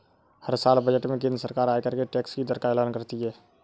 हर साल बजट में केंद्र सरकार आयकर के टैक्स की दर का एलान करती है